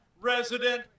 resident